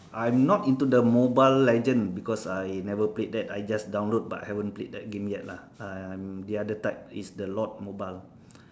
I'm not into the mobile legend because I never played that I just download but I never play that yet lah I'm the other type is the Lord mobile